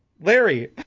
Larry